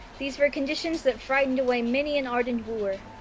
these were conditions that frightened away many an ardent wooer.